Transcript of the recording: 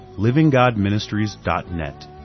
livinggodministries.net